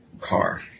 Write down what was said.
car